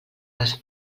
les